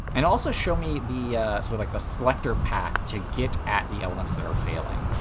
and also show me the sort of like the selector path to get at the elements that are failing.